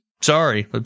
Sorry